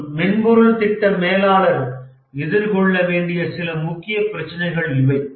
ஒரு மென்பொருள் திட்ட மேலாளர் எதிர்கொள்ள வேண்டிய சில முக்கிய பிரச்சினைகள் இவை